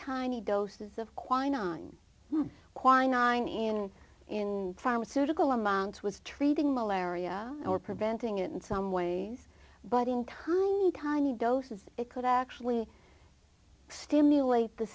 tiny doses of quinine quinine and in pharmaceutical amounts was treating malaria or preventing it in some ways but in tiny tiny doses it could actually stimulate the